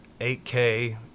8k